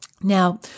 Now